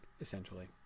essentially